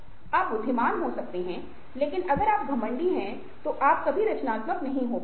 आप बुद्धिमान हो सकते हैं लेकिन अगर आप घमंडी हैं तो आप कभी रचनात्मक नहीं हो सकते